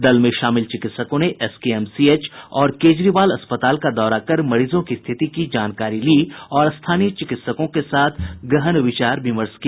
दल में शामिल चिकित्सकों ने एसकेएमसीएच और केजरीवाल अस्पताल का दौरा कर मरीजों की स्थिति की जानकारी ली और स्थानीय चिकित्सकों के साथ गहन विचार विमर्श किया